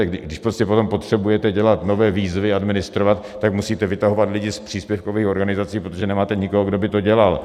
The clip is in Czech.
Když potom potřebujete dělat nové výzvy, administrovat, tak musíte vytahovat lidi z příspěvkových organizací, protože nemáte nikoho, kdo by to dělal.